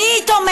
במי היא תומכת?